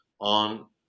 on